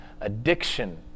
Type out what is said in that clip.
addiction